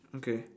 okay